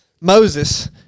moses